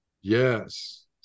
Yes